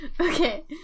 Okay